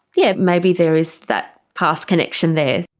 yes, maybe there is that past connection there.